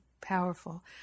powerful